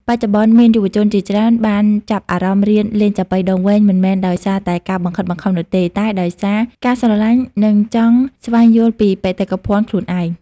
បច្ចុប្បន្ន មានយុវជនជាច្រើនបានចាប់អារម្មណ៍រៀនលេងចាប៉ីដងវែង មិនមែនដោយសារតែការបង្ខិតបង្ខំនោះទេ តែដោយសារ ការស្រលាញ់ និងចង់ស្វែងយល់ពីបេតិកភណ្ឌខ្លួនឯង។